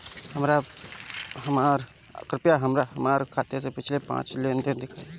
कृपया हमरा हमार खाते से पिछले पांच लेन देन दिखाइ